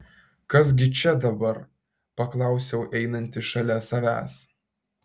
kas gi čia dabar paklausiau einantį šalia savęs